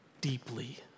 deeply